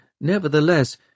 Nevertheless